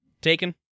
taken